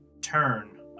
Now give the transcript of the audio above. turn